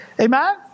Amen